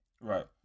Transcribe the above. Right